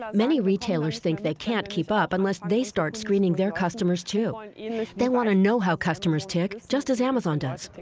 um many retailers think they can't keep up unless they start screening their customers and you know they want to know how customers tick just as amazon does